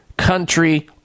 country